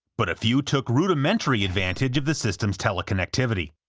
but a few took rudimentary advantage of the systems tele-connectivity.